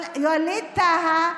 אבל ווליד טאהא,